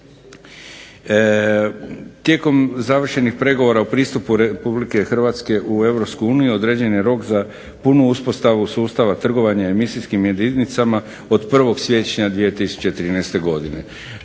Tijekom završenih pregovora o pristupu RH u EU određen je rok za punu uspostavu sustava trgovanja emisijskim jedinicama od 1. siječnja 2013. godine.